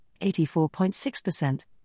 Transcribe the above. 84.6%